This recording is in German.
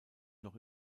noch